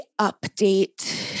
update